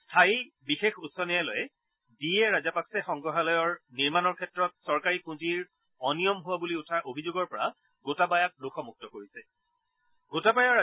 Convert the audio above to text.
স্থায়ী বিশেষ উচ্চ ন্যায়ালয়ে ডি এ ৰাজাপাকচে সংগ্ৰহালয় নিৰ্মাণৰ ক্ষেত্ৰত চৰকাৰী পুঁজিৰ অনিয়ম হোৱা বুলি উঠা অভিযোগৰ পৰা গোটাবায়াক দোষমূক্ত ঘোষণা কৰিছে